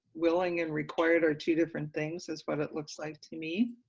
willing and required are two different things is what it looks like to me.